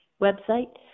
website